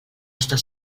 estar